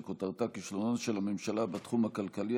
שכותרתה: כישלונה של הממשלה בתחום הכלכלי,